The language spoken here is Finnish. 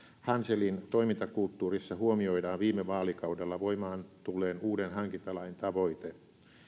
hanselin toimintakulttuurissa huomioidaan viime vaalikaudella voimaan tulleen uuden hankintalain tavoite